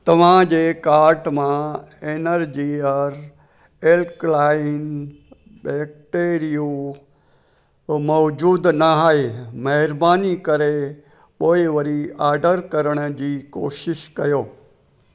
तव्हांजे कार्ट मां Energizer alkaline बैटरियूं मौजूदु न आहे महिरबानी करे पोइ वरी ऑडर करण जी कोशिश कजो